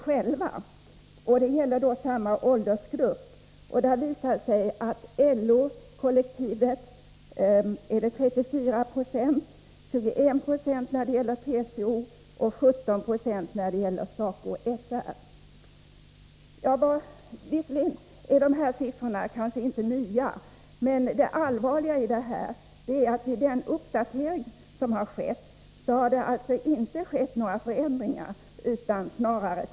För samma åldersgrupper är siffrorna 34 26 för LO-kollektivet, 21 90 för TCO och 17 90 för SACO/SR. Visserligen är dessa siffror inte nya, men det allvarliga är att den uppdatering som gjorts visar att det i stort sett inte skett några förändringar alls.